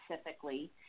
specifically